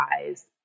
eyes